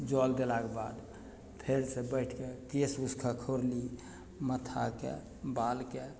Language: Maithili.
जल देलाके बाद फेरसँ बैठके केस उस खखोरली माथाके बाल कए